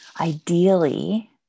ideally